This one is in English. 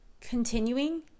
continuing